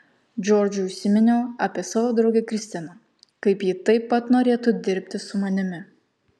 džordžui užsiminiau apie savo draugę kristiną kad ji taip pat norėtų dirbti su manimi